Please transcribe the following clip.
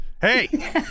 Hey